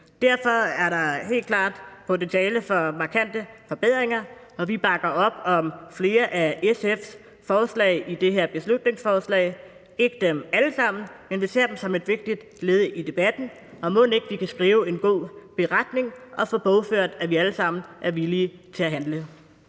Derfor er der helt klart potentiale for markante forbedringer, og vi bakker op om flere af SF's forslag i det her beslutningsforslag; ikke dem alle sammen, men vi ser dem som et vigtigt led i debatten – og mon ikke vi kan skrive en god beretning og få bogført, at vi alle sammen er villige til at handle?